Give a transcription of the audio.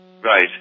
Right